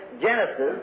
Genesis